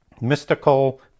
mystical